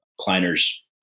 Kleiner's